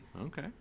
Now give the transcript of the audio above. Okay